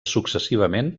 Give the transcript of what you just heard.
successivament